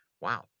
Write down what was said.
wow